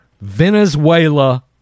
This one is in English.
Venezuela